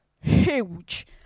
huge